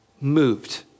Moved